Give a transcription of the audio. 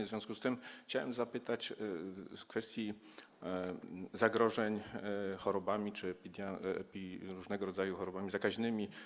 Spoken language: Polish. W związku z tym chciałem zapytać o kwestię zagrożeń chorobami czy różnego rodzaju chorobami zakaźnymi.